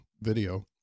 video